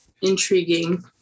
intriguing